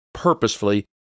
purposefully